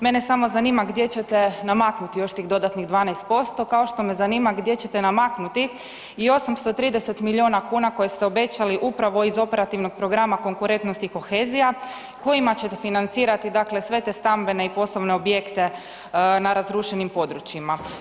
Mene samo zanima gdje ćete namaknuti još tih dodatnih 12%, kao što me zanima gdje ćete namaknuti i 830 milijuna kuna koje ste obećali upravo iz Operativnog programa konkurentnosti i kohezija kojima ćete financirati dakle sve te stambene i poslovne objekte na razrušenim područjima?